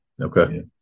Okay